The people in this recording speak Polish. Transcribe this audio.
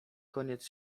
koniec